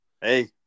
Hey